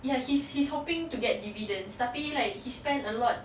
ya he's he's hoping to get dividends tapi like he spends a lot